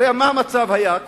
הרי מה היה המצב קודם?